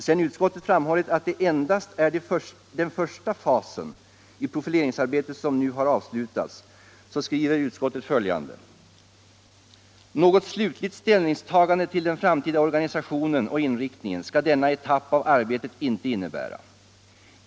Sedan utskottet framhållit att det endast är den första fasen i profileringsarbetet som nu har avslutats, skriver utskottet följande: ”Något slutligt ställningstagande till den framtida organisationen och inriktningen skall denna etapp av arbetet inte innebära.